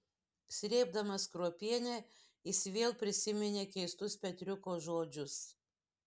srėbdamas kruopienę jis vėl prisiminė keistus petriuko žodžius